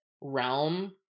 realm